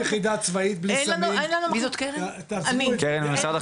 אין שום יחידה צבאית בלי סמים, תפנימו את זה.